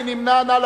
מי נמנע?